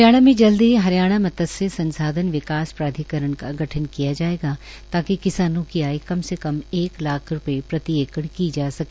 हरियाणा में जल्द ही हरियाणा मत्सय संसाधन विकास प्राधिकरण का गठन किया जायेगा ताकि किसानों की आय कम से कम एक लाख प्रति एकड़ की जा सके